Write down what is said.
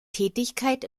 tätigkeit